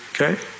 okay